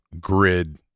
grid